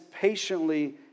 patiently